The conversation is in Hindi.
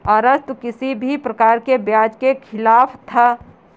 अरस्तु किसी भी प्रकार के ब्याज के खिलाफ था